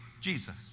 Jesus